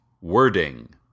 wording